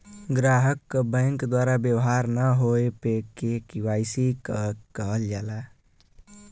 ग्राहक क बैंक द्वारा व्यवहार न होये पे के.वाई.सी किहल जाला